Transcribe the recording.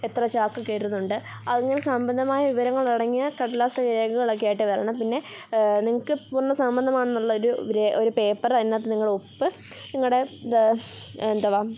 എത്ര ചാക്ക് കയറ്റുന്നുണ്ട് അങ്ങനെ സംബന്ധമായ വിവരങ്ങളടങ്ങിയ കടലാസ് രേഖകളൊക്കെയായിട്ട് വരണം പിന്നെ നിങ്ങൾക്ക് പൂർണ്ണ സമ്മതമാണെന്നുള്ളൊരു രേ ഒരു പേപ്പർ അതിനകത്ത് നിങ്ങളുടെ ഒപ്പ് നിങ്ങളുടെ ദാ എന്തുവാ